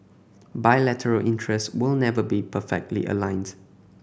bilateral interest will never be perfectly aligned